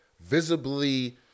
visibly